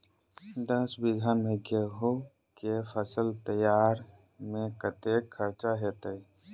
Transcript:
दस बीघा मे गेंहूँ केँ फसल तैयार मे कतेक खर्चा हेतइ?